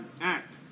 act